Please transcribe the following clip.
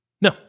No